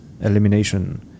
elimination